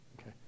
Okay